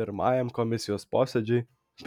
pirmajam komisijos posėdžiui